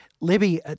Libby